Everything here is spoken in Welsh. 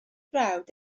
brawd